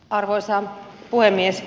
arvoisa puhemies